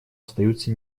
остаются